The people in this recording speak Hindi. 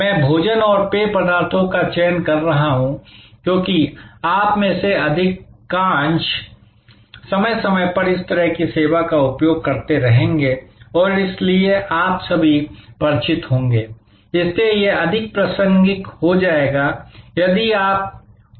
मैं भोजन और पेय पदार्थों का चयन कर रहा हूं क्योंकि आप में से अधिकांश समय समय पर इस तरह की सेवा का उपयोग करते रहेंगे और इसलिए आप सभी परिचित होंगे इसलिए यह अधिक प्रासंगिक हो जाएगा यदि आप उस पर अपना मन लगाते हैं